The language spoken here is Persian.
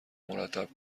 مرتب